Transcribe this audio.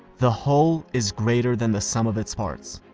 the whole is greater than the sum of its parts.